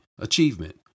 achievement